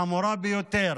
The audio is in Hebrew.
חמורה ביותר.